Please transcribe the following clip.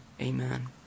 amen